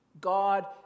God